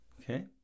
Okay